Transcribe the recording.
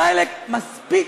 די, מספיק,